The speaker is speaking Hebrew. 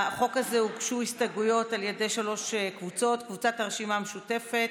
הוגשו הסתייגויות על ידי שלוש קבוצות: קבוצת הרשימה המשותפת,